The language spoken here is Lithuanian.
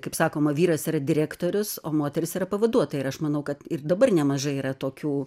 kaip sakoma vyras yra direktorius o moteris yra pavaduotoja ir aš manau kad ir dabar nemažai yra tokių